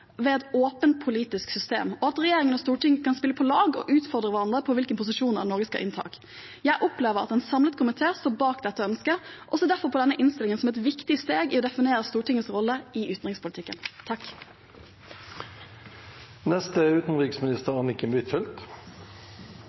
et åpent politisk system, og at regjeringen og Stortinget kan spille på lag og utfordre hverandre på hvilke posisjoner Norge skal innta. Jeg opplever at en samlet komité står bak dette ønsket og ser derfor på denne innstillingen som et viktig steg i å definere Stortingets rolle i utenrikspolitikken.